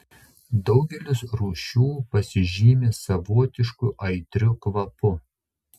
daugelis rūšių pasižymi savotišku aitriu kvapu